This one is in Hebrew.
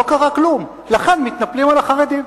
לא קרה כלום, לכן מתנפלים על החרדים.